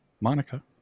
Monica